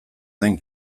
den